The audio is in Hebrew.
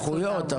סמכויות.